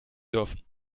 dürfen